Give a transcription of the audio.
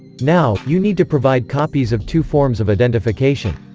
now, you need to provide copies of two forms of identification.